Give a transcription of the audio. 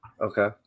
Okay